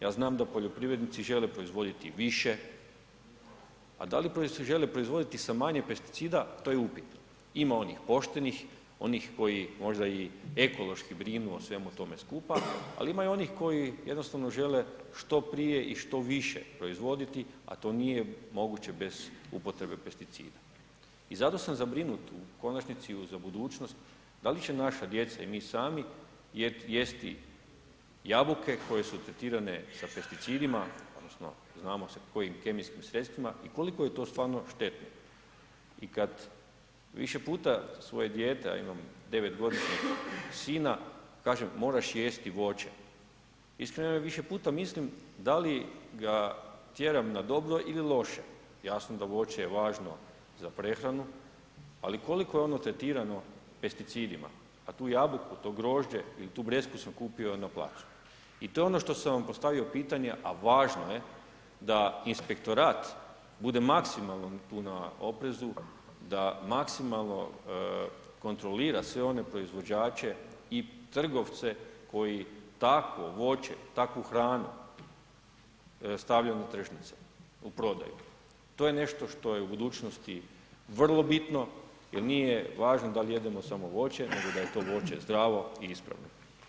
Ja znam da poljoprivrednici žele proizvoditi više, a da li žele proizvoditi sa manje pesticida to je upitno, ima onih poštenih, onih koji možda i ekološki brinu o svemu tome skupa, ali ima i onih koji jednostavno žele što prije i što više proizvoditi, a to nije moguće bez upotrebe pesticida i zato sam zabrinut u konačnici za budućnost, da li će naša djeca i mi sami jesti jabuke koje su tretirane sa pesticidima odnosno znamo se kojim kemijskim sredstvima i koliko je to stvarno štetno i kad više puta svoje dijete, a imam 9-godišnjeg sina kažem moraš jesti voće, iskreno više puta mislim da li ga tjeram na dobro ili loše, jasno da voće je važno za prehranu, ali koliko je ono tretirano pesticidima, pa tu jabuku, to grožđe il tu breskvu sam kupio na placu i to je ono što sam vam postavio pitanje, a važno je da inspektorat bude maksimalno tu na oprezu, da maksimalno kontrolira sve one proizvođače i trgovce koji takvo voće, takvu hranu stavljaju na tržnice u prodaju, to je nešto što je u budućnosti vrlo bitno jel nije važno dal jedemo samo voće, nego da je to voće zdravo i ispravno.